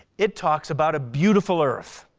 it talks about a beautiful earth,